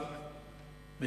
ז'